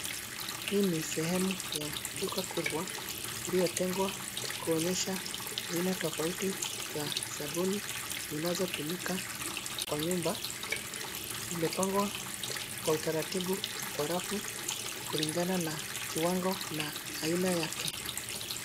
Hii ni sehemu ya duka kubwa iliyotengwa kuonyesha aina tofauti za sabuni zinazotumika kwa nyumba. Zimepangwa kwa utaratibu kwa rafu kulingana na kiwango na aina yake.